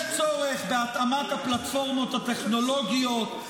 יש צורך בהתאמת הפלטפורמות הטכנולוגיות.